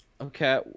Okay